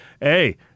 hey—